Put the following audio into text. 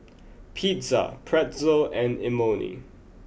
Pizza Pretzel and Imoni